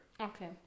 Okay